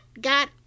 got